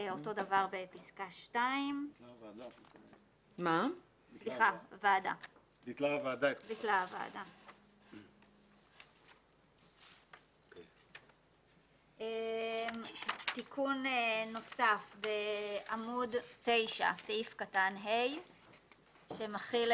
אותו דבר בפסקה 2. תיקון נוסף שהכנסנו בעקבות הסכמה של הממשלה.